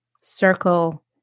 circle